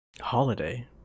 Holiday